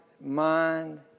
mind